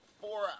four